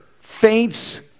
faints